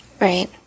Right